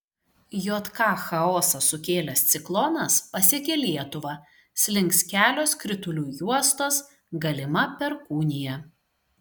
jk chaosą sukėlęs ciklonas pasiekė lietuvą slinks kelios kritulių juostos galima perkūnija